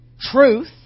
Truth